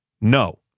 no